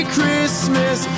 Christmas